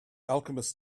alchemist